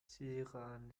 teheran